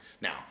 now